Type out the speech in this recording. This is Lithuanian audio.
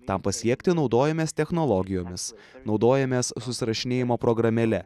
tam pasiekti naudojamės technologijomis naudojamės susirašinėjimo programėle